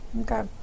Okay